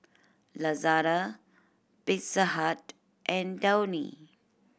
Lazada Pizza Hut and Downy